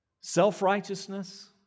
self-righteousness